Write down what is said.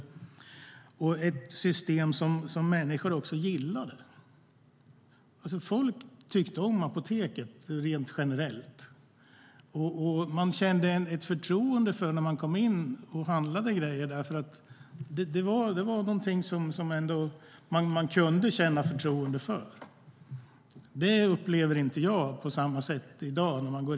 Det var också ett system som människor gillade. Folk tyckte om apoteket rent generellt. När man kom in och handlade där kunde man känna ett förtroende för apoteket. Det upplever jag inte på samma sätt i dag.